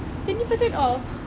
twenty percent off